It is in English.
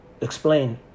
explain